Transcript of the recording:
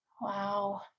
Wow